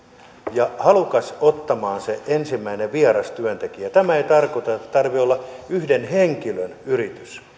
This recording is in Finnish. ja halukas ottamaan se ensimmäinen vieras työntekijä tämä ei tarkoita että tarvitsee olla yhden henkilön yritys